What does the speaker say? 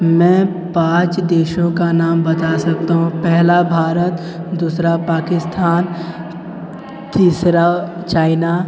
मैं पाँच देशों का नाम बता सकता हूँ पहला भारत दूसरा पाकिस्तान तीसरा चाइना